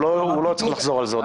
הוא לא צריך לחזור על זה עוד הפעם.